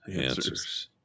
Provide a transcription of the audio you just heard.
answers